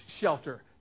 shelter